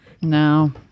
No